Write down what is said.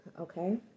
Okay